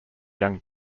young